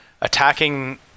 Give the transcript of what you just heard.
attacking